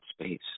space